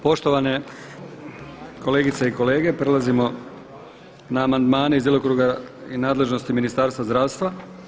Poštovane kolegice i kolege prelazimo na amandmane iz djelokruga i nadležnosti Ministarstva zdravstva.